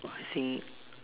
I think